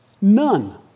None